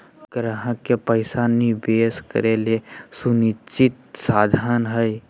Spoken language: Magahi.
ग्राहक के पैसा निवेश करे के सुनिश्चित साधन हइ